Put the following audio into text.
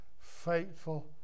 faithful